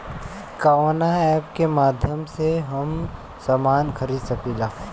कवना ऐपके माध्यम से हम समान खरीद सकीला?